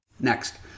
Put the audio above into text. Next